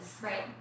right